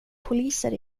poliser